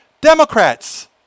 Democrats